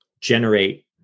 generate